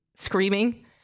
Screaming